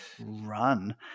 run